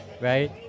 right